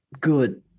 good